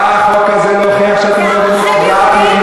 בא החוק הזה להוכיח שאתם לא באמת דמוקרטיים.